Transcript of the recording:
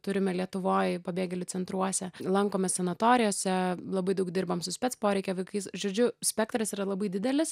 turime lietuvoj pabėgėlių centruose lankomės sanatorijose labai daug dirbam su spec poreikio vaikais žodžiu spektras yra labai didelis